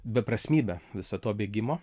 beprasmybė visa to bėgimo